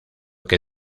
que